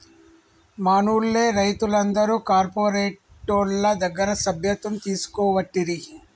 మనూళ్లె రైతులందరు కార్పోరేటోళ్ల దగ్గర సభ్యత్వం తీసుకోవట్టిరి